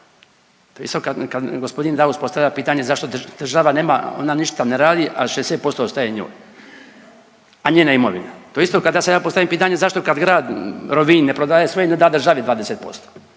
imovini. … kad g. Daus postavlja pitanje zašto država nema ona ništa ne radi, a 60% ostaje njoj, a njena imovina. To je isto kada sada ja postavim pitanje zašto kad Grad Rovinj ne prodaje svoje i ne da državi 20%,